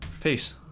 Peace